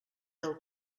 del